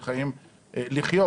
ולחיות.